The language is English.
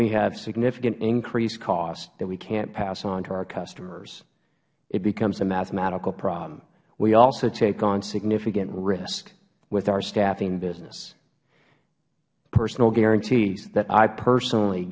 we have significant increased costs we cannot pass on to our customers it becomes a mathematical problem we also take on significant risk with our staffing business personal guarantees that personally